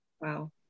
Wow